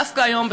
דווקא היום,